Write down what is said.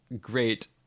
great